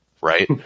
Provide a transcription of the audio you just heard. right